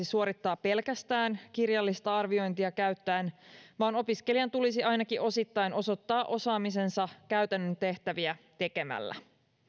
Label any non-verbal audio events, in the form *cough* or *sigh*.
*unintelligible* suorittaa pelkästään kirjallista arviointia käyttäen vaan opiskelijan tulisi ainakin osittain osoittaa osaamisensa käytännön tehtäviä tekemällä